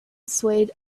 swayed